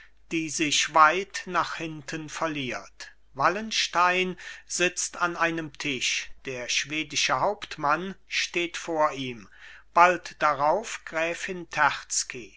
die sich weit nach hinten verliert wallenstein sitzt an einem tisch der schwedische hauptmann steht vor ihm bald darauf gräfin